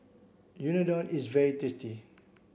Unadon is very tasty